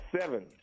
seven